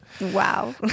Wow